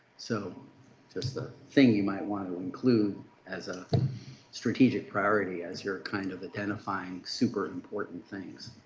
so just a thing you might want to include as a strategic priority as you are kind of identifying super important things.